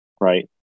right